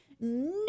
no